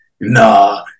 nah